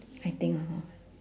I think lah hor